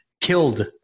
killed